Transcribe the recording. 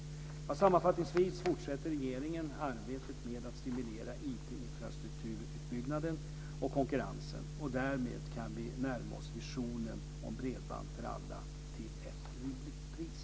Sammanfattningsvis fortsätter regeringens arbete med att stimulera IT-infrastrukturutbyggnaden och konkurrensen. Därmed kan vi närma oss visionen om bredband för alla till ett rimligt pris.